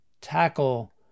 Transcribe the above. tackle